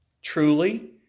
Truly